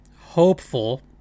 hopeful